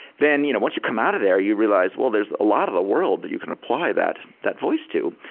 then you know once you come out of there you realize, well, there's a lot of the world that you can apply that that voice to.